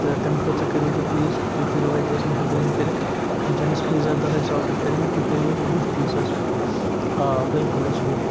تہٕ تَمہِ خٲطرٕ کٔرِو تُہۍ پٕلیٖز تُہۍ کٔرِو اَتہِ حظ مہربٲنی کٔرِتھ یِم زَن اَسہِ پیٖزا دَہ ٲسۍ آرڈر کٔرۍمٕتۍ تُہۍ کٔرِو یِم وُہ پیٖس حظ آ بالکُل حظ وُہ